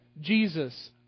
Jesus